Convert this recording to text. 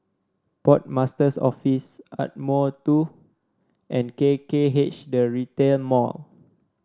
Port Master's Office Ardmore Two and K K H The Retail Mall